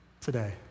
today